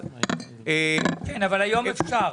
אבל היום אפשר.